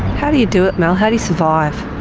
how do you do it, mel? how do you survive?